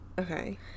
Okay